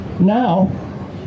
now